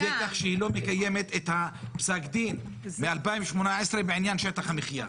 כך שהיא לא מקיימת את פסק הדין מ-2018 בעניין שטח המחיה.